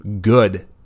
good